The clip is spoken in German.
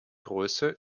größe